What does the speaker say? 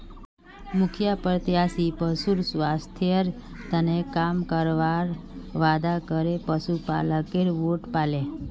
मुखिया प्रत्याशी पशुर स्वास्थ्येर तने काम करवार वादा करे पशुपालकेर वोट पाले